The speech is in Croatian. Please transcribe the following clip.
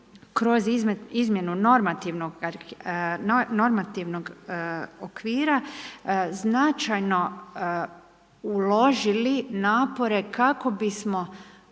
kroz izmjenu normativnog okvira značajno uložili napore kako bismo